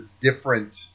different